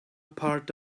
part